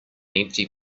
empty